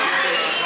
אני אצא,